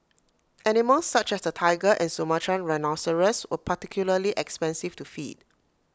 animals such as the Tiger and Sumatran rhinoceros were particularly expensive to feed